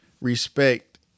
respect